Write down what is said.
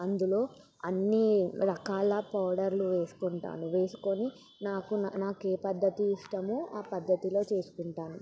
అందులో అన్ని రకాల పౌడర్లు వేసుకుంటాను వేసుకొని నాకు నాకు ఏ పద్ధతి ఇష్టమో ఆ పద్ధతిలో చేసుకుంటాను